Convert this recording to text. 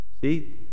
See